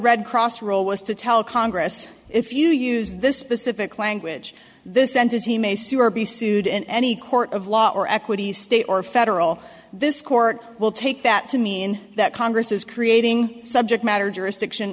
red cross role was to tell congress if you use this specific language this sentence he may sue or be sued in any court of law or equity state or federal this court will take that to mean that congress is creating subject matter jurisdiction